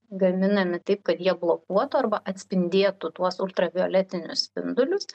gaminami taip kad jie blokuotų arba atspindėtų tuos ultravioletinius spindulius